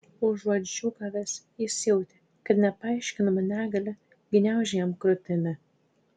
užuot džiūgavęs jis jautė kad nepaaiškinama negalia gniaužia jam krūtinę